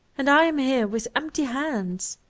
and i am here with empty hands!